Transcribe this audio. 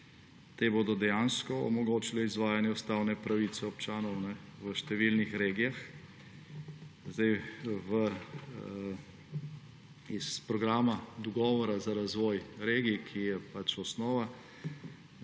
Te bodo dejansko omogočile izvajanje ustavne pravice občanov v številnih regijah. Iz programa dogovora za razvoj regij, ki je delna osnova